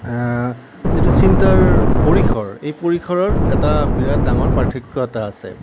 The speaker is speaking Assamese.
যিটো চিন্তাৰ পৰিসৰ এই পৰিসৰৰ এটা বিৰাট ডাঙৰ পাৰ্থক্য এটা আছে